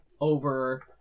over